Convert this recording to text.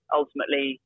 ultimately